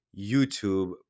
YouTube